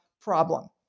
problem